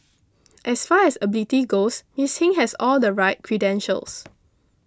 as far as ability goes Miss Hing has all the right credentials